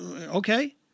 Okay